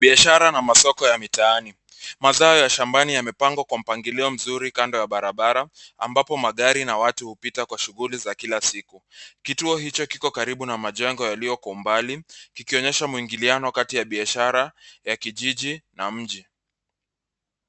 Biashara na masoko ya mitaani mazao ya shambani yamepangwa kwa mpangilio mzuri kanda ya barabara ambapo magari na watu hupita kwa shughuli za kila siku ,kituo hicho kiko karibu na majengo yaliyo kwa mbali ikionyesha muingiliano kati ya biashara ya kijiji na mji.